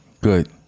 Good